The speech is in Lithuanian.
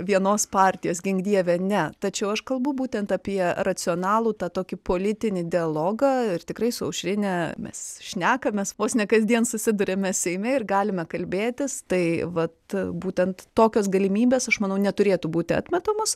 vienos partijos gink dieve ne tačiau aš kalbu būtent apie racionalų tą tokį politinį dialogą ir tikrai su aušrine mes šnekamės vos ne kasdien susiduriame seime ir galime kalbėtis tai vat būtent tokios galimybės aš manau neturėtų būti atmetamos